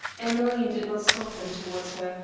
emmeline did not soften towards her,